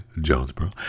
Jonesboro